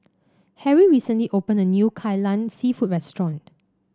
Harry recently opened a new Kai Lan seafood restaurant